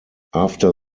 after